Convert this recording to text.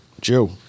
Joe